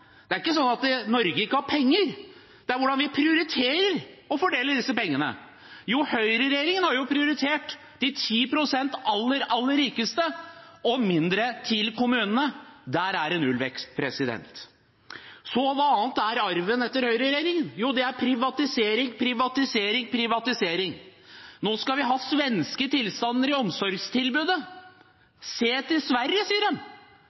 Det er ikke slik at Norge ikke har penger; det handler om hvordan vi prioriterer og fordeler disse pengene. Høyreregjeringen har jo prioritert de 10 pst. aller, aller rikeste og gitt mindre til kommunene – der er det nullvekst. Så hva annet er arven etter høyreregjeringen? Jo, det er privatisering, privatisering, privatisering. Nå skal vi ha svenske tilstander i omsorgstilbudet. Se til Sverige,